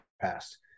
past